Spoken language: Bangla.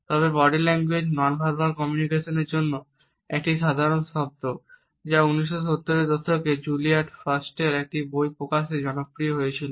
তবে বডি ল্যাঙ্গুয়েজ নন ভার্বাল কমিউনিকেশনের জন্য একটি সাধারণ শব্দ ছিল যা 1970 এর দশকে জুলিয়াস ফাস্টের একটি বই প্রকাশের মাধ্যমে জনপ্রিয় হয়েছিল